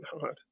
hard